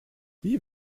wie